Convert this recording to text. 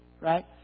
right